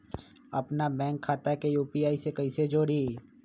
अपना बैंक खाता के यू.पी.आई से कईसे जोड़ी?